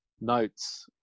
notes